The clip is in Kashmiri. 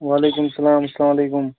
وعلیکُم سلام اَسلامُ علیکُم